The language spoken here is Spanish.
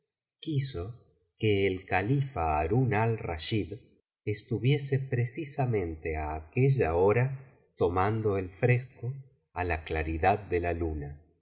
quiso que el califa harun al rachicl estuviese precisamente a aquella hora tomando el fresco á la claridad de la luna